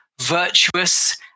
virtuous